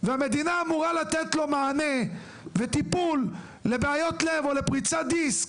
והמדינה אמורה לתת לו מענה וטיפול לבעיות לב או לפריצת דיסק,